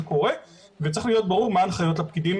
קורה וצריך להיות ברור מה ההנחיות הפקידים,